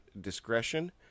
discretion